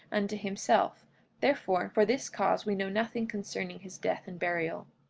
unto himself therefore, for this cause we know nothing concerning his death and burial.